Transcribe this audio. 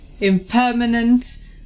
impermanent